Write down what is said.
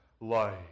life